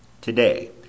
Today